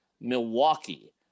Milwaukee